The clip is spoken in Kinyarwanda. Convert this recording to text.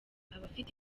abafite